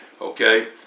Okay